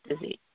disease